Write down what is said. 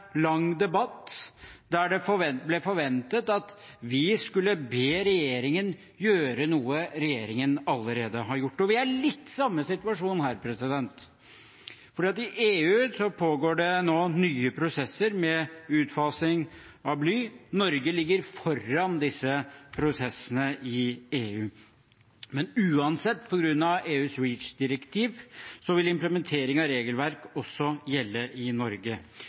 lang debatt der det ble forventet at vi skulle be regjeringen gjøre noe regjeringen allerede har gjort – og vi er litt i samme situasjon der, fordi i EU pågår det nå nye prosesser med utfasing av bly. Norge ligger foran disse prosessene i EU. Men uansett: På grunn av EUs Reach-direktiv vil implementering av regelverk også gjelde i Norge.